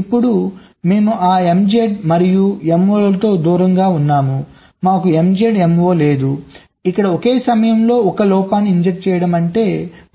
ఇప్పుడు మేము ఆ MZ మరియు Mo లతో దూరంగా ఉన్నాము మాకు MZ Mo లేదు ఇక్కడ ఒక సమయంలో 1 లోపాన్ని ఇంజెక్ట్ చేయడం అంటే